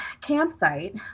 campsite